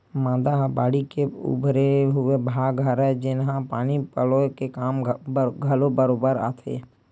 मांदा ह बाड़ी के उभरे हुए भाग हरय, जेनहा पानी पलोय के काम घलो बरोबर आथे